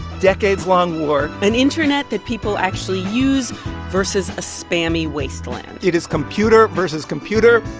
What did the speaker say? decades-long war an internet that people actually use versus a spammy wasteland it is computer versus computer.